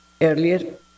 earlier